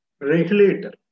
regulator